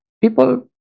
people